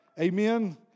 Amen